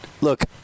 look